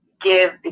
give